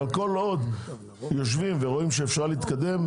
אבל כל עוד יושבים ורואים שאפשר להתקדם,